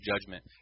judgment